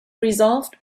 resolved